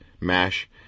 MASH